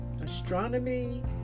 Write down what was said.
astronomy